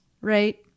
Right